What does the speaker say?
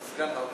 אדוני היושב-ראש,